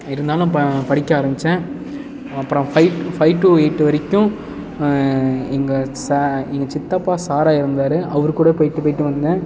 இருந்தாலும் ப படிக்க ஆரமித்தேன் அப்புறம் ஃபைவ் ஃபைவ் டு எயிட் வரைக்கும் எங்கள் ச எங்கள் சித்தப்பா சாரா இருந்தாரு அவருக்கூட போயிட்டு போயிட்டு வந்தேன்